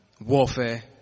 warfare